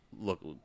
Look